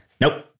Nope